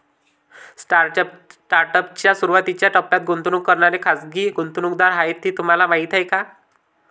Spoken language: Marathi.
स्टार्टअप च्या सुरुवातीच्या टप्प्यात गुंतवणूक करणारे खाजगी गुंतवणूकदार आहेत हे तुम्हाला माहीत आहे का?